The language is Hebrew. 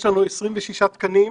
יש לנו 26 תקנים,